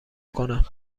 کنم